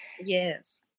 Yes